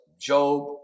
Job